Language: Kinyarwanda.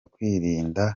kwirinda